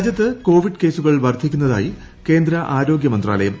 രാജ്യത്ത് കോവിഡ് കേസുകൾ വർദ്ധിക്കുന്നതായി കേന്ദ്ര ആരോഗൃമന്ത്രാലയം